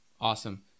Awesome